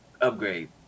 upgrade